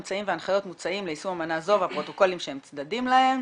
אמצעים והנחיות מוצעים ליישום אמנה זו והפרוטוקולים שהם צדדים להם.